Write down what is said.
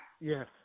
Yes